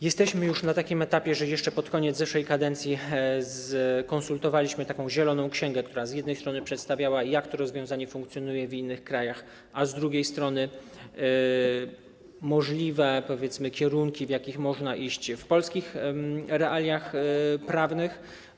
Jesteśmy już na takim etapie, że jeszcze pod koniec zeszłej kadencji skonsultowaliśmy taką zieloną księgę, która przedstawiała z jednej strony to, jak to rozwiązanie funkcjonuje w innych krajach, a z drugiej strony możliwe, powiedzmy, kierunki, w jakich można iść w polskich realiach prawnych.